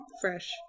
fresh